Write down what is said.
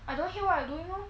I don't hate what I doing lor